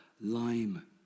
lime